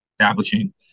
establishing